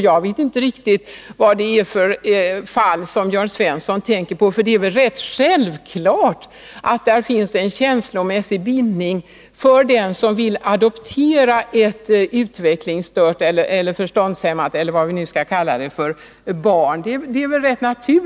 Jag vet inte riktigt vad det är för fall som Jörn Svensson tänker på. Det är väl rätt självklart att det finns en känslomässig bindning hos den som vill adoptera ett utvecklingsstört eller förståndshämmat barn.